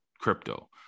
crypto